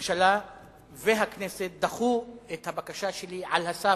הממשלה והכנסת דחו את הבקשה שלי על הסף,